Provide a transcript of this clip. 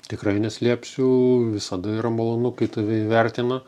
tikrai neslėpsiu visada yra malonu kai tave įvertina